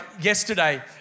yesterday